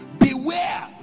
Beware